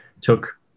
took